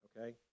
okay